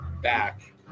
back